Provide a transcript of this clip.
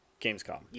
Gamescom